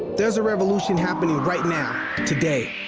there's a revolution happening right now, today,